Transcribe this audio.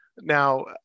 Now